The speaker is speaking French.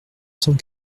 cent